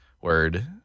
word